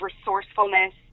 resourcefulness